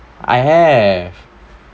I have